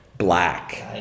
Black